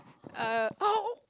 err !ow!